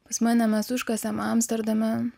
pas mane mes užkasame amsterdame